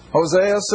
Hosea